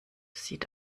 sieht